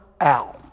out